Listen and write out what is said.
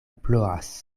ploras